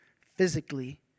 physically